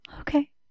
Okay